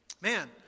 Man